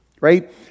right